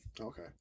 Okay